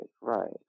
right